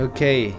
Okay